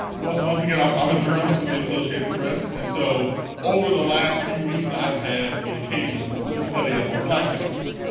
once again, i'm i'm a journalist with the associated press and so over the last few weeks i've had the occasion to study up on blackface.